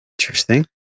Interesting